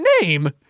name